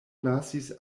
lasis